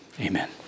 Amen